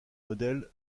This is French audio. modèles